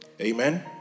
Amen